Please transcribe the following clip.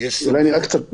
נראה קצת פרטי,